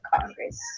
Congress